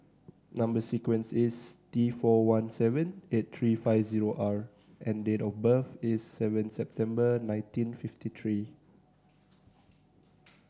number sequence is T four one seven eight three five zero R and date of birth is seven September nineteen fifty three